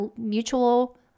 mutual